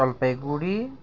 Jalpaiguri